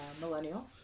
millennial